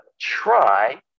try